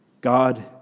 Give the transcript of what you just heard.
God